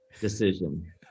decision